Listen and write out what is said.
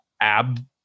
ab